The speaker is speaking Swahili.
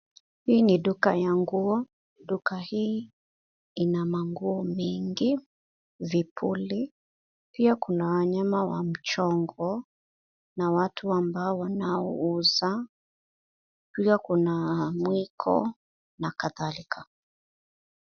Hii ni duka ya nguo. Duka hii ina manguo mingi, vipuli, pia kuna wanyama wa mchongo na watu ambao wanaouza, pia kuna mwiko na kadhalika.